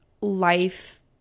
life